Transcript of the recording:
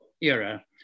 era